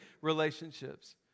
relationships